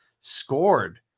scored